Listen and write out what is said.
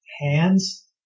hands